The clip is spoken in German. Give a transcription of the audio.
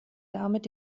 damit